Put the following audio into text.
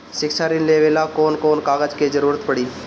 शिक्षा ऋण लेवेला कौन कौन कागज के जरुरत पड़ी?